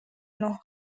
نوح